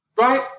Right